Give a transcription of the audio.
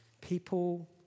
people